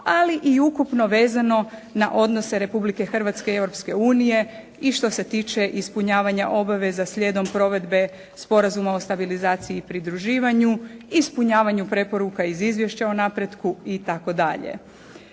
ali i ukupno vezano na odnose Republike Hrvatske i Europske unije i što se tiče ispunjavanja obaveza slijedom provedbe Sporazuma o stabilizaciji i pridruživanja, ispunjavanju preporuka iz izvješća o napretku itd.